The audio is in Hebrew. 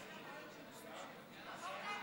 הצעת